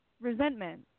resentment